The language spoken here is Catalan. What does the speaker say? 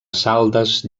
saldes